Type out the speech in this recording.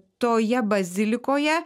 toje bazilikoje